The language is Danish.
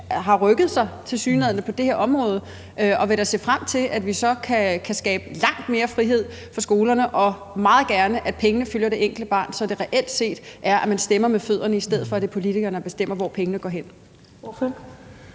har rykket sig på det her område, og vil da se frem til, at vi så kan skabe langt mere frihed for skolerne og meget gerne, at pengene følger det enkelte barn, så det reelt set er sådan, at man stemmer med fødderne, i stedet for at det er politikerne, der bestemmer, hvor pengene går hen.